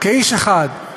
כאיש אחד,